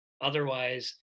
Otherwise